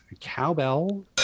cowbell